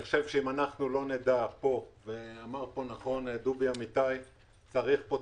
צריכה להיות פה תכנית כוללת.